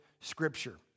Scripture